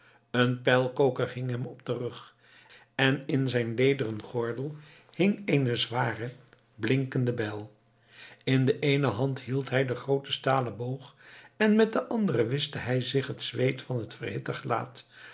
een pijlkoker hing hem op den rug en in zijn lederen gordel hing eene zware blinkende bijl in de eene hand hield hij den grooten stalen boog en met de andere wischte hij zich het zweet van het verhitte gelaat